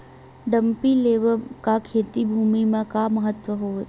Dumpy level का खेती भुमि म का महत्व हावे?